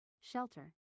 shelter